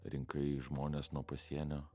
rinkai žmones nuo pasienio